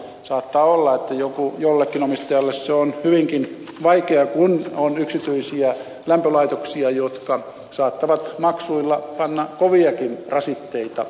saattaa olla että jollekin omistajalle se on hyvinkin vaikeaa kun on yksityisiä lämpölaitoksia jotka saattavat maksuilla panna koviakin rasitteita omistajalle